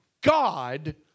god